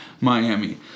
miami